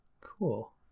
Cool